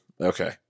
okay